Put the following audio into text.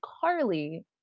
Carly